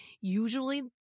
Usually